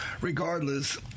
regardless